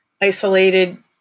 isolated